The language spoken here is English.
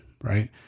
right